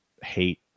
hate